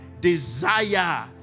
desire